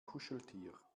kuscheltier